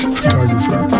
photographer